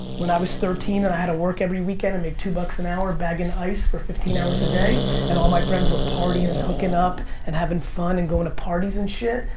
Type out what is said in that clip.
when i was thirteen i had to work every weekend and make two bucks and hour bagging ice for fifteen hours a day and all my friends were partying and hooking up and having fun and going to parties and shit,